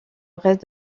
reste